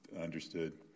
understood